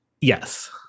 Yes